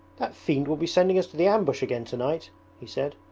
that fiend will be sending us to the ambush again tonight he said,